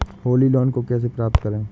Holi loan को कैसे प्राप्त करें?